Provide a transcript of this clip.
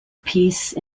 peace